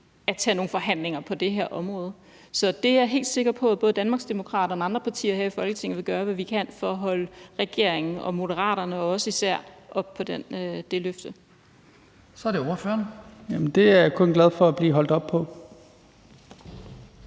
at tage nogle forhandlinger på det her område. Så det løfte er jeg helt sikker på at både Danmarksdemokraterne og andre partier her i Folketinget vil gøre hvad vi kan for at holde regeringen og især Moderaterne op på. Kl. 18:23 Den fg. formand (Hans Kristian Skibby): Så er det ordføreren.